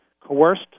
coerced